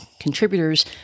contributors